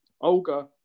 Olga